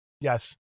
yes